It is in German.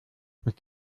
mit